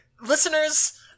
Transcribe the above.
Listeners